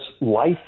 life